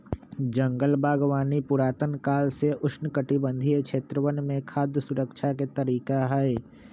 जंगल बागवानी पुरातन काल से उष्णकटिबंधीय क्षेत्रवन में खाद्य सुरक्षा के तरीका हई